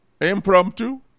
Impromptu